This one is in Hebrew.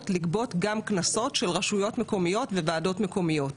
לגבות גם קנסות של רשויות מקומיות וועדות מקומיות.